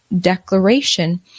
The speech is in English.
declaration